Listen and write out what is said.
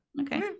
okay